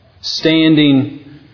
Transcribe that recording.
standing